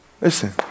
listen